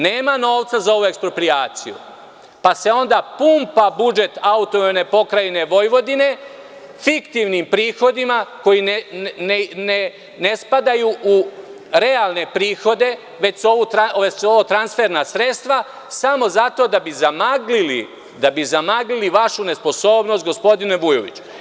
Nema novca za ovu eksproprijaciju, pa se onda pumpa budžet AP Vojvodine fiktivnim prihodima koji ne spadaju u realne prihode, već su ovo transferna sredstva samo zato da bi zamaglili vašu nesposobnost gospodine Vujoviću.